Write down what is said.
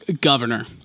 Governor